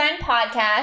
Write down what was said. Podcast